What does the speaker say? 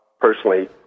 personally